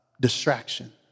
Distraction